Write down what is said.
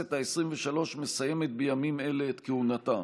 הכנסת העשרים-ושלוש מסיימת בימים אלה את כהונתה.